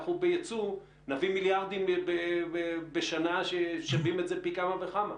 אנחנו נביא מיליארדים בשנה שהם שווים את זה פי כמה וכמה.